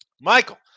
Michael